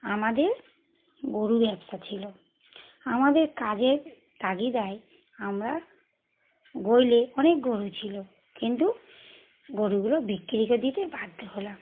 আমাদের গোরু ব্যবসা ছিল আমাদের কাজের তাগিদে আমরা গোয়ালে অনেক গোরু ছিল কিন্তু গোরুগুলো বিক্রি করে দিতে বাধ্য হলাম